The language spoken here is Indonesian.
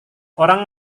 orang